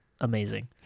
amazing